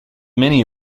many